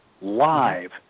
live